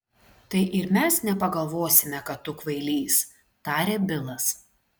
tai ir mes nepagalvosime kad tu kvailys tarė bilas